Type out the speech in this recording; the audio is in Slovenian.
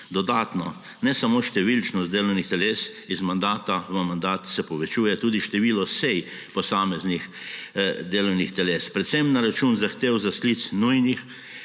komisij. Ne samo številčnost delovnih teles, iz mandata v mandat se povečuje tudi število sej posameznih delovnih teles, in to predvsem na račun zahtev za sklic nujnih